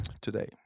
today